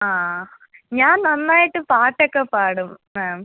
ആ ഞാൻ നന്നായിട്ട് പാട്ടൊക്കെ പാടും മാം